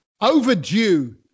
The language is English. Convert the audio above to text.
Overdue